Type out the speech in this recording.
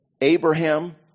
Abraham